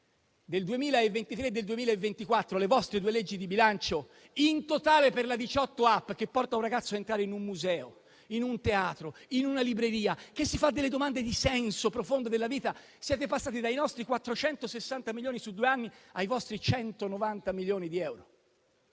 nel 2023 e nel 2024, nelle vostre due leggi di bilancio, in totale per la 18app, che porta un ragazzo a entrare in un museo, in un teatro, in una libreria, a farsi delle domande di senso profondo della vita, siete passati dai nostri 460 milioni su due anni ai vostri 190 milioni di euro?